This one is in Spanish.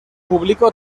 publicó